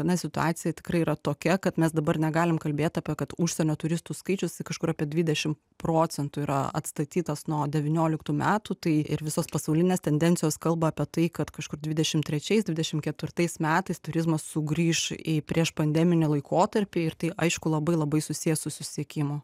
na situacija tikrai yra tokia kad mes dabar negalim kalbėt apie kad užsienio turistų skaičius kažkur apie dvidešimt procentų yra atstatytas nuo devynioliktų metų tai ir visos pasaulinės tendencijos kalba apie tai kad kažkur dvidešimt trečiais dvidešimt ketvirtais metais turizmas sugrįš į prieš pandeminį laikotarpį ir tai aišku labai labai susiję su susisiekimu